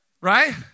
Right